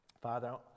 Father